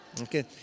okay